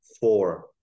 four